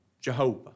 Jehovah